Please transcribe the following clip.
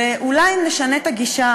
אולי אם נשנה את הגישה,